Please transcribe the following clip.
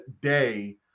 day